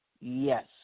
Yes